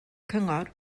cyngor